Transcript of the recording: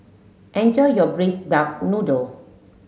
enjoy your braised duck noodle